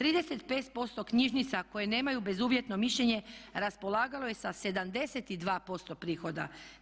35% knjižnica koje nemaju bezuvjetno mišljenje raspolagalo je sa 72% prihoda.